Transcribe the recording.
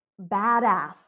badass